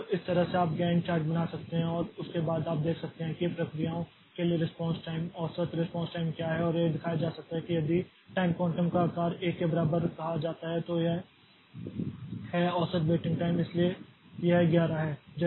तो इस तरह से आप गैंट चार्ट बना सकते हैं और उसके बाद आप देख सकते हैं कि प्रक्रियाओं के लिए रिस्पांस टाइम औसत रिस्पांस टाइम क्या है और यह दिखाया जा सकता है कि यदि टाइम क्वांटम का आकार 1 के बराबर कहा जाता है तो यह है औसत वेटिंग टाइम इसलिए यह 110 है